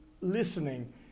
listening